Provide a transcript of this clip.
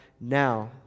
now